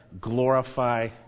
glorify